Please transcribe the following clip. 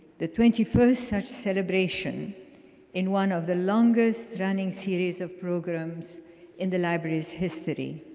the twenty first such celebration in one of the longest running series of programs in the library's history.